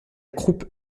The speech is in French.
croupe